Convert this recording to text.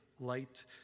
light